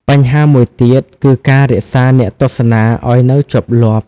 បញ្ហាមួយទៀតគឺ ការរក្សាអ្នកទស្សនាឲ្យនៅជាប់លាប់។